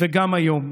וגם היום.